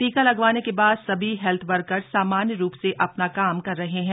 टीका लगावाने के बाद सभी हेल्थ वर्कर सामान्य रूप से अपना काम कर रहे हैं